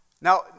Now